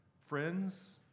friends